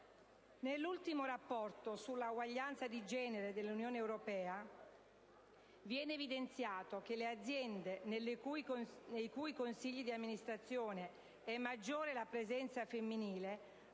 Nell'ultimo rapporto sull'uguaglianza di genere dell'Unione europea viene evidenziato che le aziende nei cui consigli di amministrazione è maggiore la presenza femminile